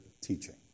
teaching